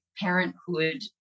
parenthood